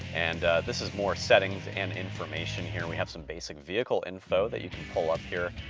and this is more settings and information. here we have some basic vehicle info that you can pull up here.